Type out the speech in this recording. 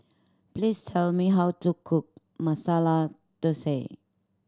please tell me how to cook Masala Dosa